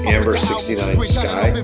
Amber69Sky